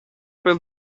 per